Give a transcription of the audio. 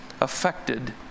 affected